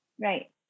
Right